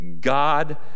God